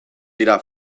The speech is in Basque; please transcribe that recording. dira